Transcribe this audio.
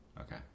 Okay